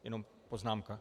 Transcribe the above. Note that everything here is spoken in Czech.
Jenom poznámka.